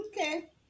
okay